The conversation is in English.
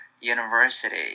university